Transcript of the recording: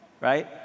right